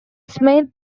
smith